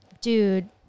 dude